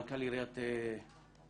מנכ"ל עיריית חולון,